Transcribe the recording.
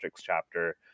chapter